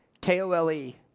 K-O-L-E